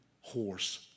horse